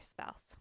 spouse